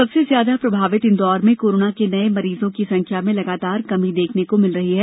सबसे ज्यादा प्रभावित इंदौर में कोरोना के नये मरीजों की संख्या में लगातार कमी देखने को मिल रही है